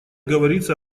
говорится